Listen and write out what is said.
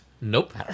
Nope